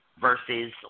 versus